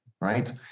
right